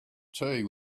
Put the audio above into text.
tea